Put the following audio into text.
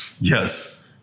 Yes